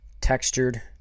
textured